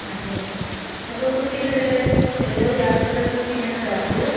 ਹਾਂਜੀ ਹਾਂਜੀ ਚਲੋ ਤੁਸੀਂ ਫਿਰ ਚੱਲਿਓ ਜਾਂ ਫਿਰ ਤੁਸੀਂ ਮੈਨੂੰ ਦੱਸ ਦਿਓ